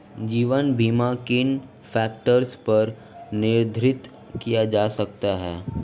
जीवन बीमा किन फ़ैक्टर्स पर निर्धारित किया जा सकता है?